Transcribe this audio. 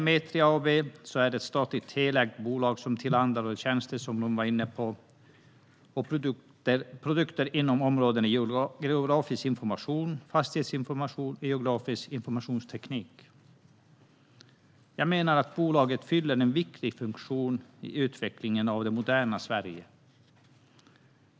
Metria AB är ett statligt helägt bolag som tillhandahåller tjänster och produkter inom områdena geografisk information, fastighetsinformation och geografisk informationsteknik. Jag menar att bolaget fyller en viktig funktion i utvecklingen av det moderna Sverige.